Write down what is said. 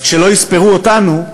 אז כשלא יספרו אותנו,